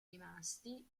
rimasti